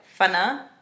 funner